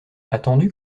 attendu